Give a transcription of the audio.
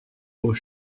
aux